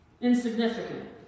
insignificant